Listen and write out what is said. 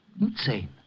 insane